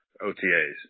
OTAs